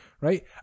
right